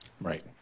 Right